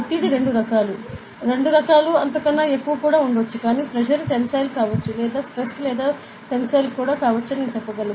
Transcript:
ఒత్తిడి రెండు రకాలు రెండు రకాలు అంత కన్నా ఎక్కువ కూడా ఉండ వచ్చు కానీ ప్రెషర్ టెన్సిల్ కావచ్చు లేదా stress కూడా టెన్సిల్ కావచ్చు అని నేను చెప్పగలను